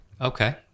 Okay